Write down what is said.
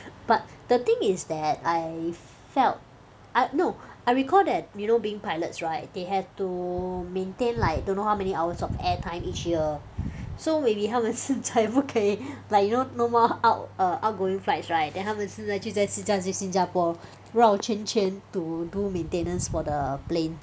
but the thing is that I felt I no I recall that y'know being pilots right they have to maintain like don't know how many hours of airtime each year so maybe 他们现在不可以 like you know no more out err outgoing flights right then 他们现在就在是在新加坡绕圈圈 to do maintenance for the plane